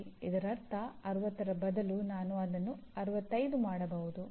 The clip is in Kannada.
ಇದರರ್ಥ 60ರ ಬದಲು ನಾನು ಅದನ್ನು 65 ಮಾಡಬಹುದು